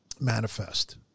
manifest